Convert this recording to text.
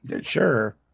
Sure